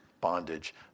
bondage